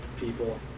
people